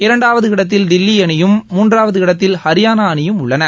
இரண்டாவது இடத்தில் தில்லி அணியும் மூன்றாவது இடத்தில் ஹரியானா அணியும் உள்ளன